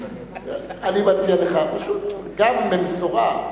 אני מציע לך פשוט, גם, במשורה.